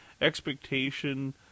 expectation